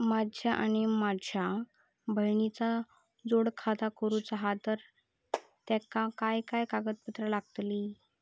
माझा आणि माझ्या बहिणीचा जोड खाता करूचा हा तर तेका काय काय कागदपत्र लागतली?